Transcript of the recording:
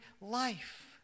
life